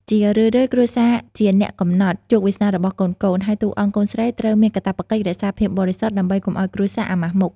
ជារឿយៗ គ្រួសារជាអ្នកកំណត់ជោគវាសនារបស់កូនៗ ហើយតួអង្គកូនស្រីត្រូវមានកាតព្វកិច្ចរក្សាភាពបរិសុទ្ធដើម្បីកុំឱ្យគ្រួសារអាម៉ាស់មុខ។